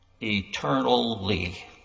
eternally